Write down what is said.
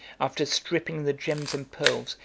after stripping the gems and pearls,